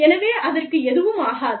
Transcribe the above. எனவே அதற்கு எதுவும் ஆகாது